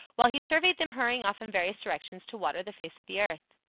while he surveyed them hurrying off in various directions to water the face of the earth.